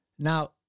Now